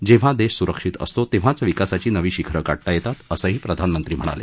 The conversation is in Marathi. जेव्हा देश सुरक्षित असतो तेव्हाच विकासाची नवी शिखरं गाठता येतात असंही प्रधानमंत्री म्हणाले